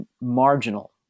marginal